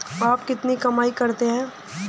आप कितनी कमाई करते हैं?